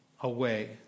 away